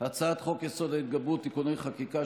הצעת חוק-יסוד: ההתגברות (תיקוני חקיקה),